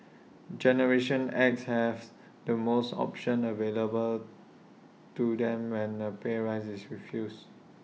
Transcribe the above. generation X has the most options available to them when A pay rise is refused